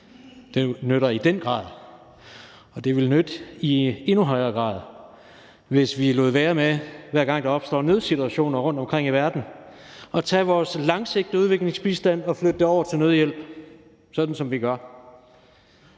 Det nytter i den grad, og det ville nytte i endnu højere grad, hvis vi lod være med, hver gang der opstår nødsituationer rundtomkring i verden, at tage vores langsigtede udviklingsbistand og flytte den over til nødhjælp, sådan som vi gør,